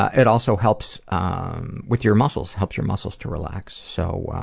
it also helps um with your muscles, helps your muscles to relax, so